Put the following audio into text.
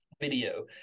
video